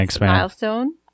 milestone